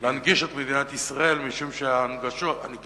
להנגיש את מדינת ישראל, משום שהנגישות